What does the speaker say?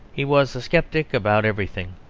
he was a sceptic about everything,